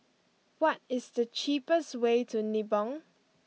what is the cheapest way to Nibong